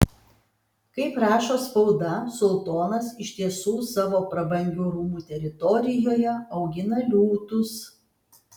kaip rašo spauda sultonas iš tiesų savo prabangių rūmų teritorijoje augina liūtus